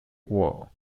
war